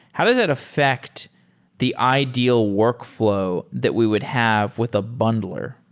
how does that affect the ideal workfl ow that we would have with a bundler?